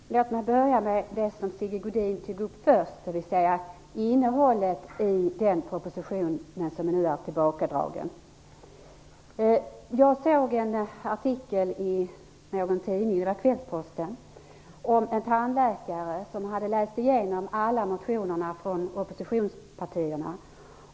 Fru talman! Låt mig börja med det som Sigge Godin tog upp först, dvs. innehållet i den proposition som nu har dragits tillbaka. Jag såg en artikel i Kvällsposten om en tandläkare som hade läst igenom alla motionerna från oppositionspartierna.